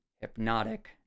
hypnotic